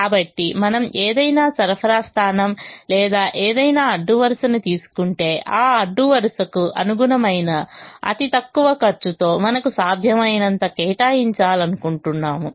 కాబట్టి మనము ఏదైనా సరఫరా స్థానం లేదా ఏదైనా అడ్డు వరుసను తీసుకుంటే ఆ అడ్డు వరుసకు అనుగుణమైన అతి తక్కువ ఖర్చుతో మనకు సాధ్యమైనంత కేటాయించాలనుకుంటున్నాము